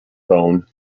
phone